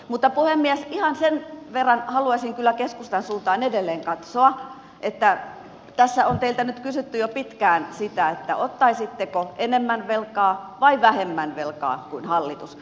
mutta puhemies ihan sen verran haluaisin kyllä keskustan suuntaan edelleen katsoa että tässä on teiltä nyt kysytty jo pitkään sitä ottaisitteko enemmän velkaa vai vähemmän velkaa kuin hallitus